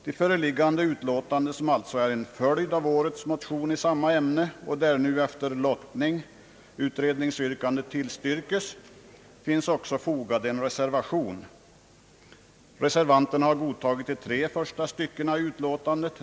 Till föreliggande utlåtande, som alltså är en följd av årets motion i samma ämne och där efter lottning utredningsyrkandet tillstyrkes, finns också fogad en reservation. Reservanterna har godtagit de tre första styckena i utlåtandet.